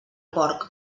porc